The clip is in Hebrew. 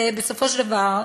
ובסופו של דבר,